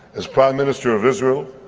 as prime minister of israel,